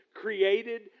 created